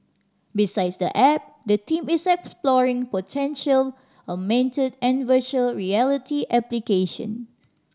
besides the app the team is exploring potential and virtual reality application